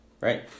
Right